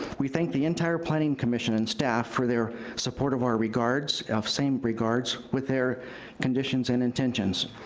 we thank the entire planning commission and staff for their support of our regards, of same regards, with their conditions and intentions.